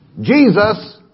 Jesus